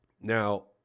Now